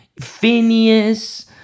Phineas